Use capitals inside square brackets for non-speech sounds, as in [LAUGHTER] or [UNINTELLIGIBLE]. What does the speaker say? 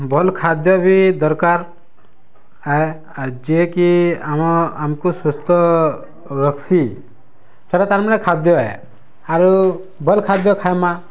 ଭଲ୍ ଖାଦ୍ୟ ବି ଦରକାର ଆଏ ଯେ କି ଆମର ଆମ୍କୁ ସୁସ୍ଥ ରଖ୍ସି ସେଇଟା ତାର୍ ମାନେ ଖାଦ୍ୟ [UNINTELLIGIBLE] ଆରୁ ଭଲ୍ ଖାଦ୍ୟ ଖାଇଁମା